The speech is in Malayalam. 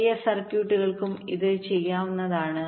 വലിയ സർക്യൂട്ടുകൾക്കും ഇത് ചെയ്യാവുന്നതാണ്